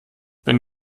wenn